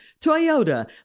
Toyota